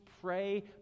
pray